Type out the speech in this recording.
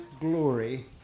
glory